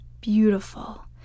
beautiful